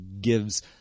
gives